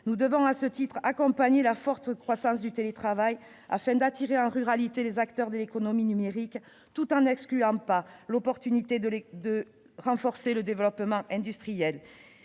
nous devons accompagner la forte croissance du télétravail pour attirer en ruralité les acteurs de l'économie numérique, sans exclure l'opportunité de renforcer le développement industriel.